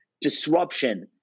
disruption